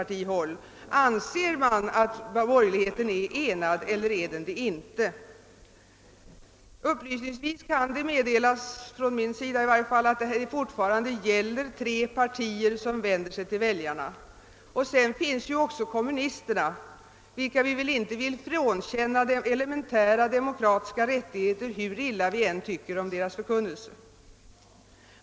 Anser socialdemokraterna att borgerligheten är enad eller inte? Upplysningsvis kan meddelas att det fortfarande är fråga om tre partier som vänder sig till väljarna. Men dessutom finns ju också kommunisterna, vilka vi väl inte vill frånkänna elementära demokratiska rättigheter, hur illa vi än tycker om deras förkunnelse.